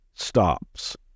stops